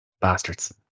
Bastards